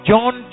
John